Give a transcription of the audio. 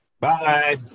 Bye